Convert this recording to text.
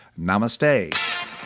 Namaste